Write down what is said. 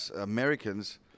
americans